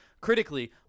Critically